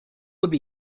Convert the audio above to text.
would